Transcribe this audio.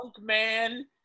man